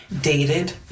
dated